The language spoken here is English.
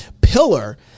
pillar